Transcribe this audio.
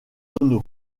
tonneaux